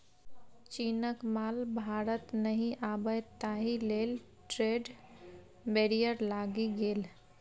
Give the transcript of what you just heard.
चीनक माल भारत नहि आबय ताहि लेल ट्रेड बैरियर लागि गेल